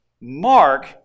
Mark